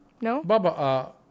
No